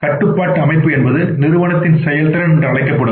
கட்டுப்பாட்டு அமைப்பு என்பது நிறுவனத்தின் செயல்திறன் என்று அழைக்கப்படும்